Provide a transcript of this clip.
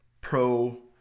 pro